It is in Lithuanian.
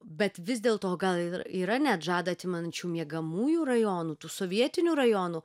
bet vis dėl to gal ir yra net žadą atimančių miegamųjų rajonų tų sovietinių rajonų